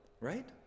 right